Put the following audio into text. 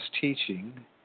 teaching